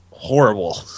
horrible